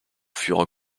furent